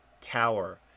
Tower